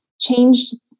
changed